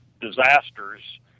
disasters